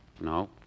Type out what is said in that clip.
No